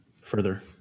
Further